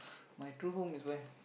my true home is where